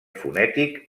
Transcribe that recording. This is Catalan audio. fonètic